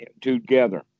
together